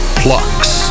plucks